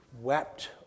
Wept